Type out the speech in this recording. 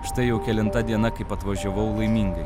štai jau kelinta diena kaip atvažiavau laimingai